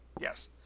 yes